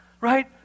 right